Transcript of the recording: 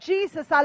Jesus